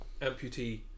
amputee